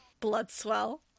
Bloodswell